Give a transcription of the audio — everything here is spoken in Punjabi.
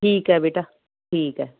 ਠੀਕ ਹੈ ਬੇਟਾ ਠੀਕ ਹੈ